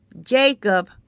Jacob